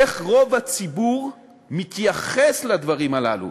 איך רוב הציבור מתייחסים לדברים הללו,